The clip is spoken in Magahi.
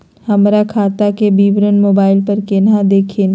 हमर खतवा के विवरण मोबाईल पर केना देखिन?